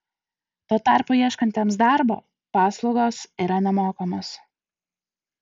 tuo tarpu ieškantiems darbo paslaugos yra nemokamos